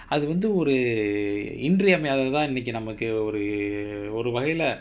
அது வந்து ஒரு இன்றியமையாததா இன்னைக்கு நமக்கு ஒரு ஒரு வகையில:athu vandu oru inriyamaiyaathathaa innaikku namakku oru oru vagaiyila